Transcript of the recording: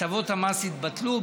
הטבות המס יתבטלו.